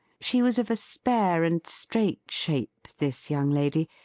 she was of a spare and straight shape, this young lady,